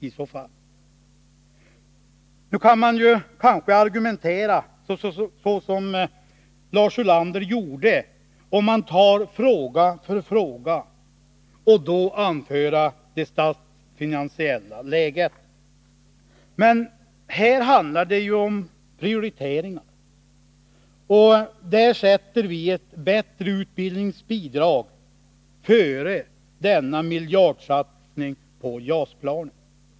Man kan kanske argumentera så som Lars Ulander gjorde, och anföra det statsfinansiella läget, om man tar fråga för fråga. Men här handlar det om prioriteringar, och vi sätter ett bättre utbildningsbidrag före denna miljardsatsning på JAS-planet.